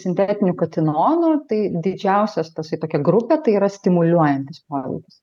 sintetinių katinonų tai didžiausias tasai tokia grupė tai yra stimuliuojantis poveikis